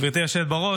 גברתי היושבת-ראש,